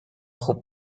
خوب